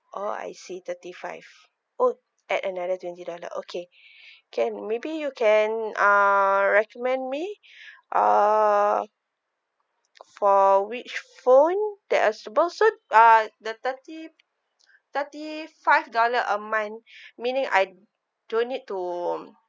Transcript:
oh I see thirty five oh add another twenty dollar okay can maybe you can uh recommend me uh for which phone that are suppose so uh the thirty thirty five dollar a month meaning I don't need to